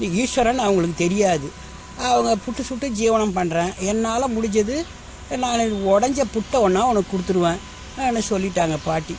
இது ஈஸ்வரன் அவங்களுக்கு தெரியாது அவங்க புட்டு சுட்டு ஜீவனம் பண்ணுறேன் என்னால் முடிஞ்சது நாலஞ்சு உடஞ்ச புட்டை வேணா உனக்கு கொடுத்துருவேன் னு சொல்லிட்டாங்கள் பாட்டி